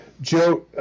Joe